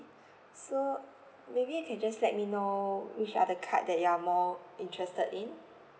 so maybe you can just let me know which are the card that you are more interested in